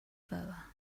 fervor